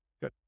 Good